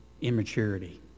immaturity